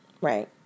Right